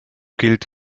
gilt